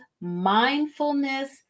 mindfulness